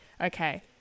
okay